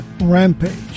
Rampage